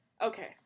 okay